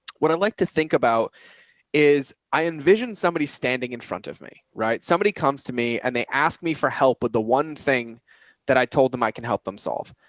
what i'd like to think about is i envisioned somebody standing in front of me, right. somebody comes to me and they ask me for help with the one thing that i told them, i can help them solve.